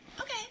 Okay